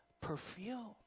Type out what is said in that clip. perfume